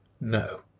No